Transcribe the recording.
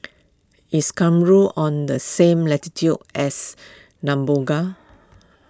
is Cameroon on the same latitude as Namibia